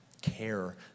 care